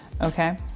Okay